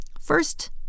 First